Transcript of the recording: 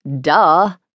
duh